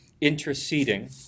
interceding